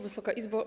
Wysoka Izbo!